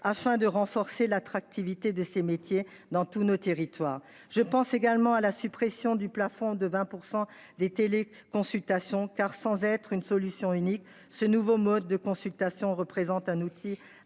afin de renforcer l'attractivité de ces métiers, dans tous nos territoires je pense également à la suppression du plafond de 20% des télé consultation car sans être une solution unique. Ce nouveau mode de consultation représente un outil indiscutable